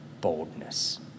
boldness